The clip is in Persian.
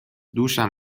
دوشم